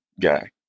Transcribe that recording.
guy